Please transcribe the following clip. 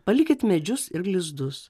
palikit medžius ir lizdus